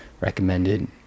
recommended